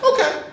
Okay